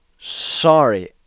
sorry